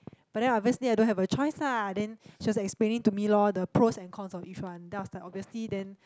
but then obviously I don't have a choice lah then she was explaining to me lor the pros and cons of each one then I was like obviously then